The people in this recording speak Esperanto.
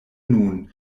nun